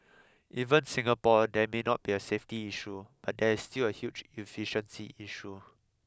even Singapore there may not be a safety issue but there is still a huge efficiency issue